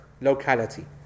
Locality